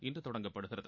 இன்று தொடங்கப்படுகிறது